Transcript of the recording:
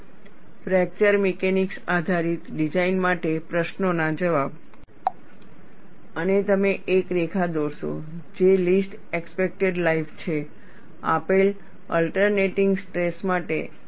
fracture mechanics આધારિત design માટે પ્રશ્નોના જવાબ અને તમે એક રેખા દોરશો જે લિસ્ટ એક્સપેકટેડ લાઈફ છે આપેલ ઓલટરનેટિનગ સ્ટ્રેસ માટે N S